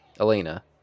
Elena